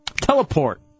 teleport